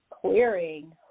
clearing